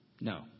No